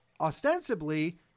ostensibly